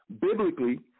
Biblically